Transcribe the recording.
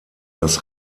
das